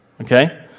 okay